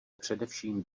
především